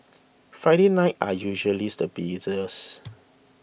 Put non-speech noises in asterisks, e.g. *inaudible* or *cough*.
Friday nights are usually *unintelligible* the busiest